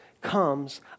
comes